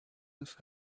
must